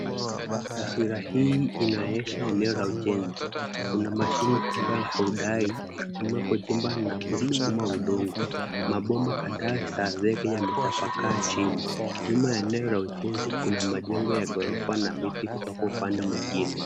Taswira hii inaonyesha eneo la ujenzi, kuna mashine kubwa ya hyudhai hutumiwa kuchimba na kusukuma udongo, mabomba kadha za zege yametapakaa chini, nyuma ya eneo la ujenzi kuna majengo ya ghorofa na miti kutoka upande mwingine.